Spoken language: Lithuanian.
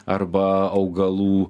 arba augalų